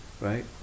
Right